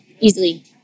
easily